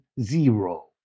zero